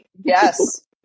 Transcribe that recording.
Yes